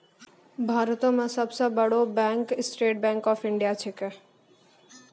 भारतो मे सब सं बड़ो bank state bank of India छिकै